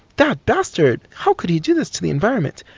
that bastard, how can he do this to the environment.